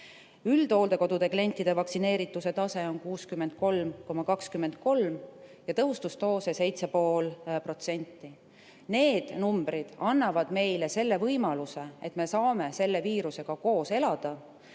Üldhooldekodude klientide vaktsineerituse tase on 63,23% ja tõhustusdoose on saanud 7,5%. Need numbrid annavad meile selle võimaluse, et me saame selle viirusega koos elada